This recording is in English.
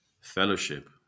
fellowship